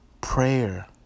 prayer